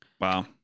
Wow